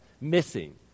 missing